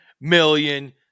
million